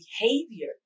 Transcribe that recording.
behavior